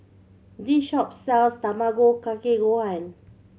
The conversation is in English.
this shop sells Tamago Kake Gohan